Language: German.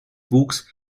wuchs